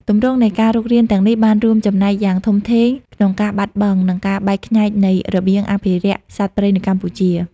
ទម្រង់នៃការរុករានទាំងនេះបានរួមចំណែកយ៉ាងធំធេងក្នុងការបាត់បង់ និងការបែកខ្ញែកនៃរបៀងអភិរក្សសត្វព្រៃនៅកម្ពុជា។